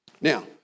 Now